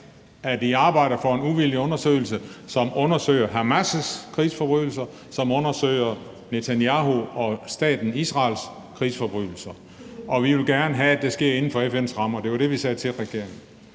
at man arbejder for en uvildig undersøgelse, som undersøger Hamas' krigsforbrydelser, og som undersøger Netanyahus og staten Israels krigsforbrydelser, og at den gerne vil have, at det sker inden for FN's rammer. Det var det, vi sagde til regeringen.